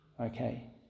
Okay